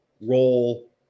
role